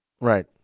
Right